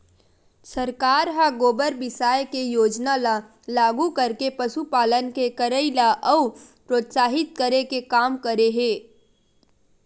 सरकार ह गोबर बिसाये के योजना ल लागू करके पसुपालन के करई ल अउ प्रोत्साहित करे के काम करे हे